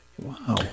Wow